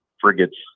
frigates